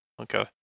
Okay